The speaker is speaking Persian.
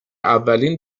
اولین